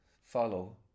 follow